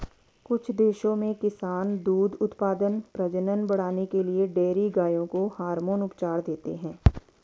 कुछ देशों में किसान दूध उत्पादन, प्रजनन बढ़ाने के लिए डेयरी गायों को हार्मोन उपचार देते हैं